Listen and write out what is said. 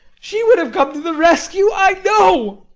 she would have come to the rescue, i know.